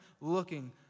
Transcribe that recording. looking